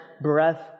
breath